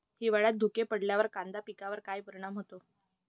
हिवाळ्यात धुके पडल्यावर कांदा पिकावर काय परिणाम होतो?